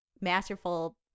masterful